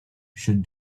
should